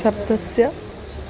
शब्दस्य